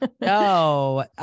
No